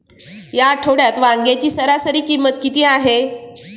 या आठवड्यात वांग्याची सरासरी किंमत किती आहे?